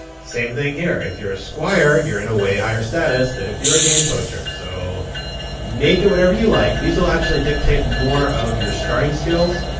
same thing here if you're a squire, you're in a way higher status than if you're a game poacher. so make it whatever you like. these will actually dictate more of your starting skills,